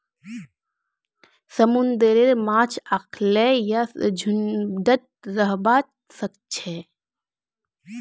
समुंदरेर माछ अखल्लै या झुंडत रहबा सखछेक